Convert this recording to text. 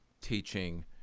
teaching